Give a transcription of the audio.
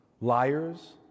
liars